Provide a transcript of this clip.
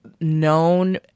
known